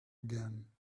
again